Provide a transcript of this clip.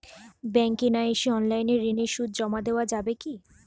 ব্যাংকে না এসে অনলাইনে ঋণের সুদ জমা দেওয়া যাবে কি?